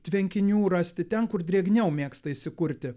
tvenkinių rasti ten kur drėgniau mėgsta įsikurti